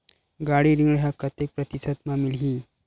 गाड़ी ऋण ह कतेक प्रतिशत म मिलही?